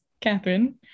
Catherine